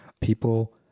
people